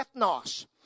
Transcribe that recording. ethnos